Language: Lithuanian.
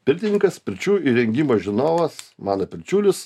pirtininkas pirčių įrengimo žinovas mano pirčiulis